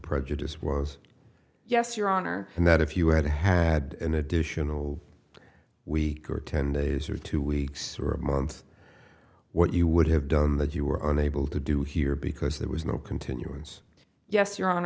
prejudice was yes your honor and that if you had had an additional week or ten days or two weeks or a month what you would have done that you were unable to do here because there was no continuance yes your hon